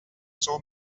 saw